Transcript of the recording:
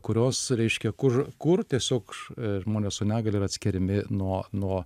kurios reiškia kur kur tiesiog žmonės su negalia yra atskiriami nuo nuo